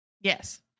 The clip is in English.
Yes